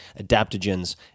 adaptogens